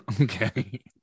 Okay